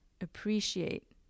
appreciate